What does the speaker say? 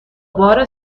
بار